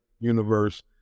universe